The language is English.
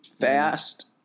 Fast